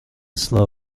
slow